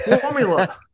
formula